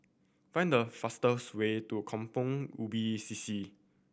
find the fastest way to Kampong Ubi C C